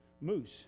Moose